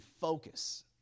focus